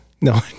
No